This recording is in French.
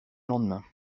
lendemain